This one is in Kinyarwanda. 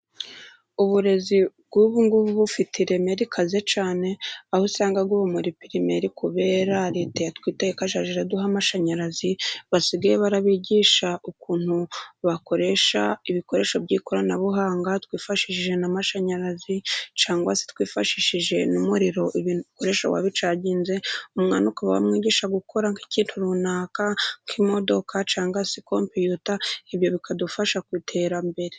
Uburezi bw' ubungubu bufite ireme rikaze cyane aho usanga ubu muri pirimeri, kubera leta itwitayeho iduha amashanyarazi, basigaye barabigisha ukuntu bakoresha ibikoresho by' ikoranabuhanga twifashishije n' amashanyarazi cyangwa se twifashishije n' umuriro ibikoresho wabicayinze umwanya ukaba wamwigisha gukora nk' ikintu runaka nk' imodoka cyangwa si kompiyuta ibyo bikadufasha mu iterambere.